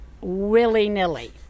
willy-nilly